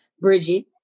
Bridget